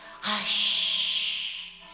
hush